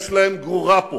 להאשים אותם באוזלת-יד.